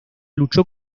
luchó